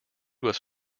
was